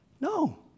No